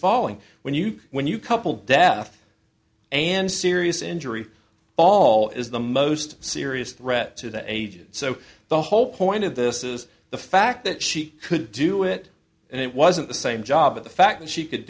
falling when you when you couple death and serious injury all is the most serious threat to the agent so the whole point of this is the fact that she could do it and it wasn't the same job but the fact that she could